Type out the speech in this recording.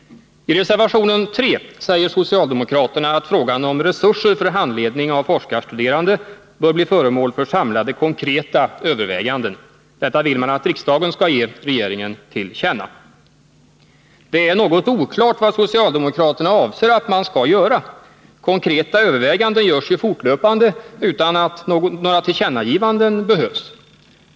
I reservation 3 säger socialdemokraterna att frågan om resurser för handledning av forskarstuderande bör bli föremål för samlade konkreta överväganden. Detta vill man att riksdagen skall ge till känna. Det är något oklart vad socialdemokraterna avser att man skall göra. Konkreta övervägningar görs fortlöpande utan att några tillkännagivanden görs.